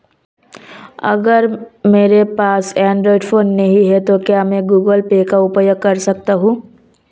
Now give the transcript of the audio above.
अगर मेरे पास एंड्रॉइड फोन नहीं है तो क्या मैं गूगल पे का उपयोग कर सकता हूं?